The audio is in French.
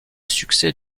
succès